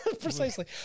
Precisely